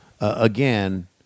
Again